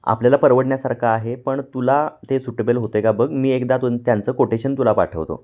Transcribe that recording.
आपल्याला परवडण्यासारखं आहे पण तुला ते सुटेबल होते आहे का बघ मी एकदा तून त्यांचं कोटेशन तुला पाठवतो